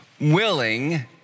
willing